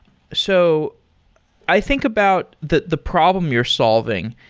so i think about the the problem you're solving,